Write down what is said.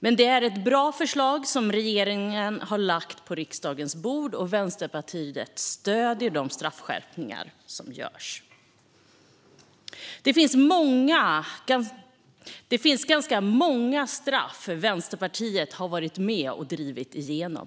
Men det är ett bra förslag som regeringen har lagt på riksdagens bord, och Vänsterpartiet stöder de straffskärpningar som görs. Det finns ganska många straff som Vänsterpartiet har varit med och drivit igenom.